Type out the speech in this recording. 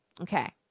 Okay